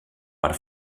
per